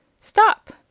Stop